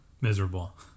miserable